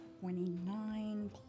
twenty-nine